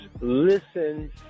listen